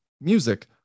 music